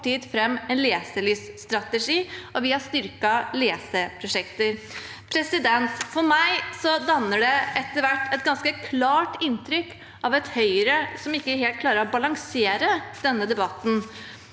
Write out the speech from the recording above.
fram en leselyststrategi, og vi har styrket leseprosjekter. For meg dannes det etter hvert et ganske klart inntrykk av et Høyre som ikke helt klarer å balansere denne debatten.